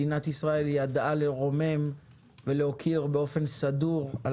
מדינת ישראל ידעה לרומם ולהוקיר באופן סדור על